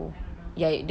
I don't know